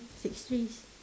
six trees